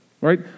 right